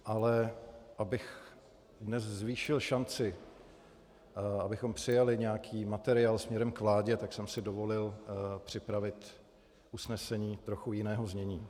Ale abych dnes zvýšil šanci, abychom přijali nějaký materiál směrem k vládě, dovolil jsem si připravit usnesení trochu jiného znění.